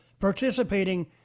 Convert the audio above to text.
participating